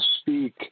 speak